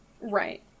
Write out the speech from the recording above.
Right